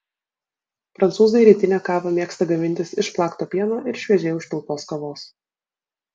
prancūzai rytinę kavą mėgsta gamintis iš plakto pieno ir šviežiai užpiltos kavos